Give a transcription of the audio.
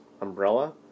umbrella